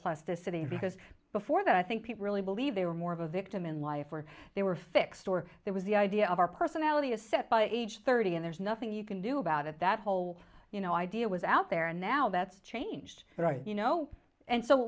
plasticity because before that i think people really believed they were more of a victim in life or they were fixed or there was the idea of our personality is set by age thirty and there's nothing you can do about it that whole you know idea was out there and now that's changed right you know and so